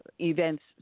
events